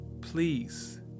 Please